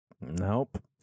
Nope